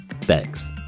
Thanks